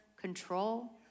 control